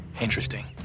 interesting